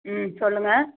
ம் சொல்லுங்கள்